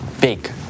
big